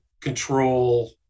control